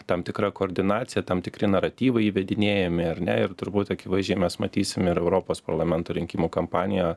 tam tikra koordinacija tam tikri naratyvai įvedinėjami ar ne ir turbūt akivaizdžiai mes matysime ir europos parlamento rinkimų kampaniją